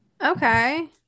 Okay